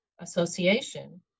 association